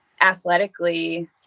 athletically